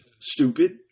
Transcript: stupid